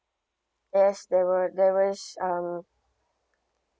yes there were there was um